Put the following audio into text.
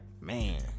man